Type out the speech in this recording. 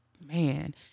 man